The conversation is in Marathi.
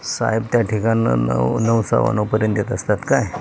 साहेब त्या ठिकाणी नऊ नऊ सव्वानऊपर्यंत येत असतात काय